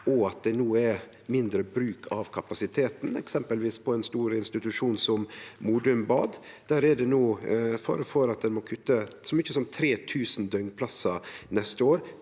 og at det no er mindre bruk av kapasiteten, eksempelvis på ein stor institusjon som Modum Bad. Der er det no fare for at ein må kutte så mykje som 3 000 døgnplassar neste år